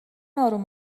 آروم